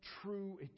true